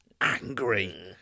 angry